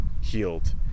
healed